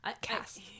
cast